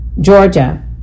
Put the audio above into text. Georgia